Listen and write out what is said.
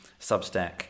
Substack